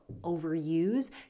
overuse